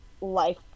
life